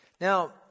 Now